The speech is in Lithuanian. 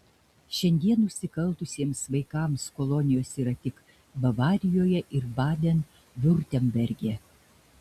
šiandien nusikaltusiems vaikams kolonijos yra tik bavarijoje ir baden viurtemberge